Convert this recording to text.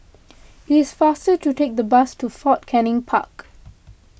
it is faster to take the bus to Fort Canning Park